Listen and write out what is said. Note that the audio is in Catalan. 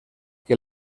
que